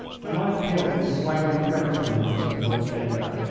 when i've killed this swaggering frenchman, said lord dacre.